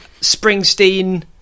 Springsteen